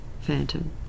Phantom